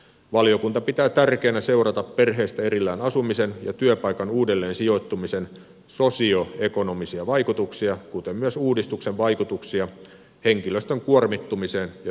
valiokunta pitää tärkeänä seurata perheestä erillään asumisen ja työpaikan uudelleen sijoittumisen sosioekonomisia vaikutuksia kuten myös uudistuksen vaikutuksia henkilöstön kuormittumiseen ja työhyvinvointiin